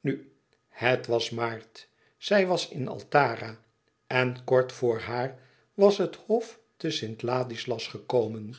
nu het was maart zij was in altara en kort vor haar was het hof te st ladislas gekomen